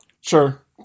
Sure